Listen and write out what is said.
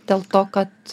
dėl to kad